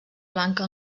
blanca